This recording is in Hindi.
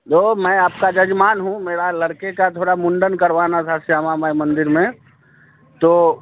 वो मैं आपका जजमान हूँ मेरा लड़के का थोड़ा मुंडन करवाना था श्यामामय मंदिर में तो